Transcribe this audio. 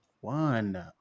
one